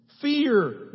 Fear